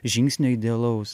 žingsnio idealaus